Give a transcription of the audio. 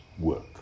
work